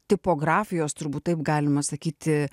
tipografijos turbūt taip galima sakyti